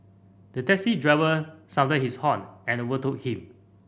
the taxi driver sounded his horn and overtook him